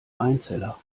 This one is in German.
einzeller